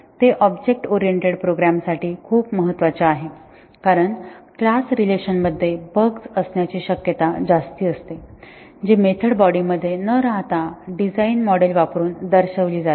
ते object oriented प्रोग्रामसाठी खूप महत्वाचे आहे कारण क्लास रिलेशन मध्ये बग्स असण्याची शक्यता जास्त असते जी मेथड बॉडीमध्ये न राहता डिझाइन मॉडेल वापरून दर्शविली जाते